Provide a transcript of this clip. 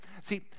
See